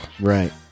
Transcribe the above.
Right